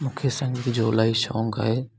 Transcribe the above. मूंखे संगीत जो अलाई शौक़ु आहे